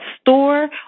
store